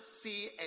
see